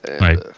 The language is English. Right